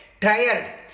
tired